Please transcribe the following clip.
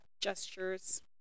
gestures